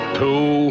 two